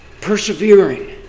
persevering